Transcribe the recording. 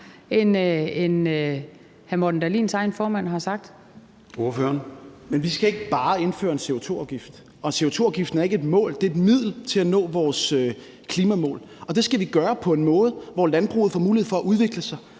10:18 Morten Dahlin (V): Men vi skal ikke bare indføre en CO2-afgift, og CO2-afgiften er ikke et mål, men et middel til at nå vores klimamål, og det skal vi gøre på en måde, hvor landbruget får mulighed for at udvikle sig,